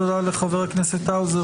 תודה לחבר הכנסת האוזר,